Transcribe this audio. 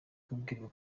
kubwirwa